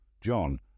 John